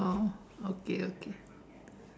oh okay okay